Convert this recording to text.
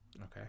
okay